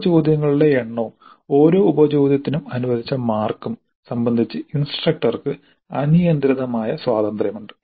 ഉപ ചോദ്യങ്ങളുടെ എണ്ണവും ഓരോ ഉപ ചോദ്യത്തിനും അനുവദിച്ച മാർക്കും സംബന്ധിച്ച് ഇൻസ്ട്രക്ടർക്ക് അനിയന്ത്രിതമായ സ്വാതന്ത്ര്യമുണ്ട്